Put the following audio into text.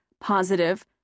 positive